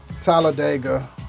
Talladega